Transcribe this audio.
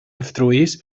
destrueix